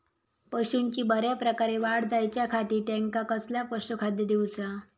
पशूंची बऱ्या प्रकारे वाढ जायच्या खाती त्यांका कसला पशुखाद्य दिऊचा?